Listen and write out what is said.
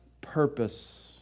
purpose